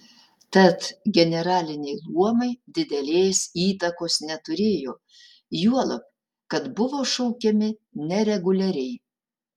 tad generaliniai luomai didelės įtakos neturėjo juolab kad buvo šaukiami nereguliariai